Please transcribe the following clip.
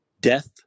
Death